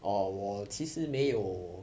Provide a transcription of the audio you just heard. oh 我其实没有